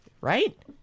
right